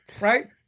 right